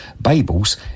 Bible's